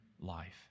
life